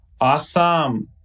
awesome